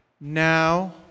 now